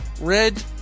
Red